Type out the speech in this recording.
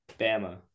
Bama